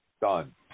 Done